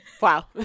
Wow